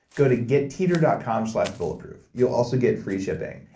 go to getteeter dot com slash bulletproof. you'll also get free shipping,